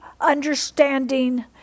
understanding